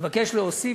אבקש להוסיף,